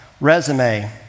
resume